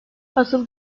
asıl